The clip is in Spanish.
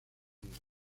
unidos